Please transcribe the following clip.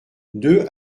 deux